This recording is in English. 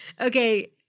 Okay